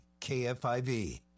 KFIV